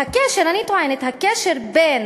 והקשר,